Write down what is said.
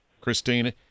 Christine